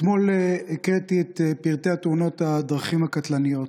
אתמול הקראתי את פרטי תאונות הדרכים הקטלניות.